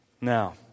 Now